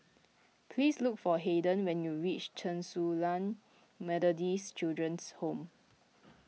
please look for Hayden when you reach Chen Su Lan Methodist Children's Home